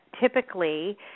typically